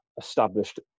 established